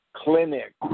Clinic